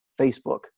facebook